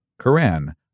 Quran